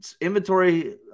inventory